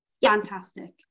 fantastic